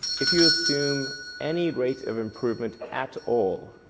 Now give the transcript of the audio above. if you assume any rate of improvement at all,